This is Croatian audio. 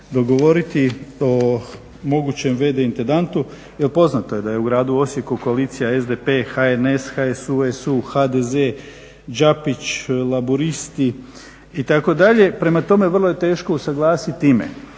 dogovoriti o mogućem v.d. intendantu. Jer poznato je da je u gradu Osijeku koalicija SDP, HNS, HSU, HDZ, Đapić, Laburisti itd. Prema tome, vrlo je teško usaglasit ime.